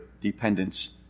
dependence